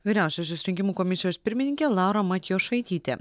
vyriausiosios rinkimų komisijos pirmininkė laura matjošaitytė